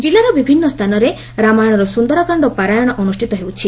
ଜିଲ୍ଲାର ବିଭିନ୍ଦ ସ୍ଚାନରେ ରାମାୟଶର ସୁନ୍ଦରାକାଣ୍ଡ ପାରାୟଶ ଅନୁଷ୍ଠିତ ହେଉଛି